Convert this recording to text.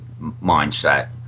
mindset